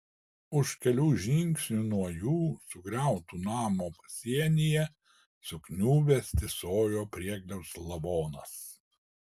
už kelių žingsnių nuo jų sugriauto namo pasienyje sukniubęs tysojo priegliaus lavonas